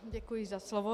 Děkuji za slovo.